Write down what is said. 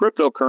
cryptocurrency